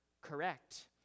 correct